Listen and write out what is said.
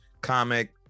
comic